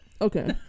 okay